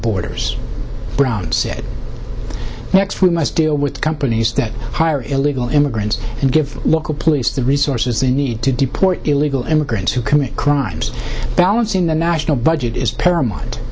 borders brown said next we must deal with companies that hire illegal immigrants and give local police the resources they need to deport illegal immigrants who commit crimes balancing the national budget is paramount